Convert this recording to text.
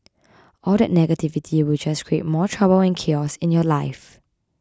all that negativity will just create more trouble and chaos in your life